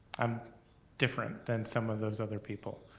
i'm different than some of those other people.